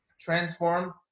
transform